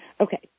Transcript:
Okay